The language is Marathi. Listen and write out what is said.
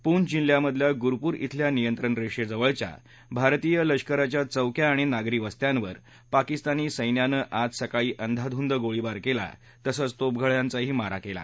पुंछ जिल्ह्यामधल्या गुरपूर इथल्या नियंत्रणरेषेजवळच्या भारतीय लष्कराच्या चौक्या आणि नागरी वस्त्यांवर पाकिस्तानी संख्ञिनं आज सकाळी अंधाधुंद गोळीबार केला तसंच तोफगोळ्यांचाही मारा केला